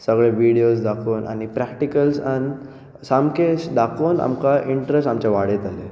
सगळे विडियोज दाखोवन आनी प्रेक्टिकलजांत सामके दाखोवन आमकां इंट्रस्ट आमचे वाडयताले